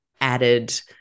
added